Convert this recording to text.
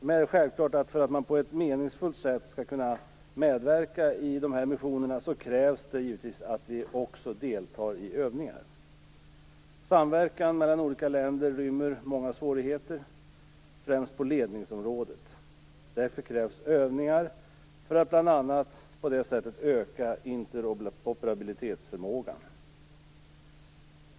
Men för att man på ett meningsfullt sätt skall kunna medverka i dessa missioner krävs givetvis att vi också deltar i övningar. Samverkan mellan många olika länder rymmer många svårigheter, främst på ledningsområdet. Övningar krävs för att bl.a. öka interoperabilitetsförmågan.